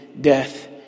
death